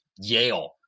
Yale